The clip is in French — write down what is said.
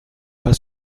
pas